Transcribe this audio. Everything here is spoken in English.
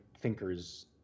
thinkers